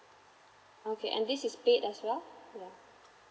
okay and this is paid as well yeah